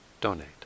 donate